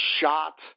shot